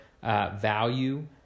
value